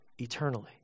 eternally